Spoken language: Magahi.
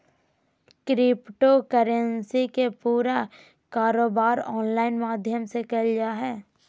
क्रिप्टो करेंसी के पूरा कारोबार ऑनलाइन माध्यम से क़इल जा हइ